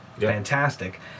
fantastic